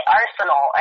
arsenal